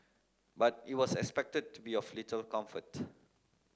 but it was expected to be of little comfort